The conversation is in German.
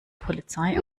polizei